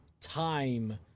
time